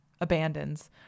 abandons